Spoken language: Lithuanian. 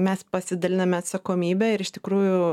mes pasidaliname atsakomybe ir iš tikrųjų